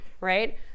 right